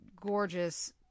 gorgeous